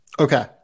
Okay